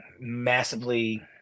massively –